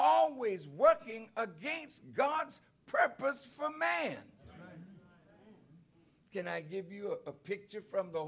always working against god's purpose from man can i give you a picture from the